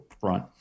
front